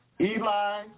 Eli